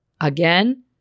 Again